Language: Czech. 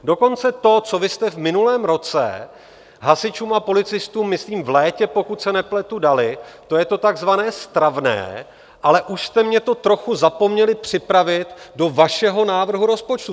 Dokonce to, co vy jste v minulém roce hasičům a policistům myslím v létě, pokud se nepletu, dali, to je to takzvané stravné, ale už jste mně to trochu zapomněli připravit do vašeho návrhu rozpočtu.